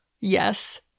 Yes